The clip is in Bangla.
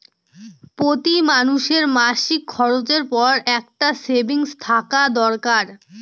প্রতি মানুষের মাসিক খরচের পর একটা সেভিংস থাকা দরকার